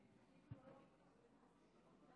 אדוני היושב-ראש,